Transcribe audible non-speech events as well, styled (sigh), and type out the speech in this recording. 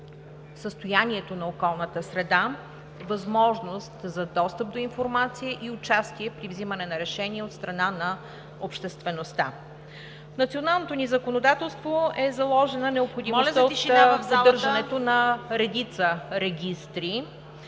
състоянието на околната среда, възможност за достъп до информация и участие при вземане на решения от страна на обществеността. В националното ни законодателство е заложена необходимостта… (noise) ПРЕДСЕДАТЕЛ